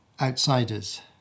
outsiders